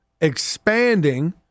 expanding